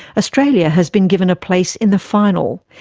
australia has been given a place in the final.